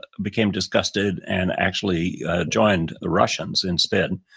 became disgusted and actually joined the russians instead.